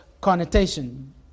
connotation